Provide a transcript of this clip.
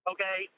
Okay